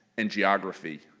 and geography.